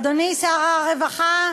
אדוני שר הרווחה,